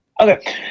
Okay